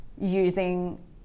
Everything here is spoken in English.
using